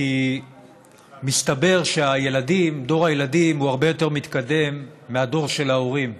כי מסתבר שדור הילדים הוא הרבה יותר מתקדם מהדור של ההורים,